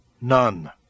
None